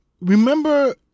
Remember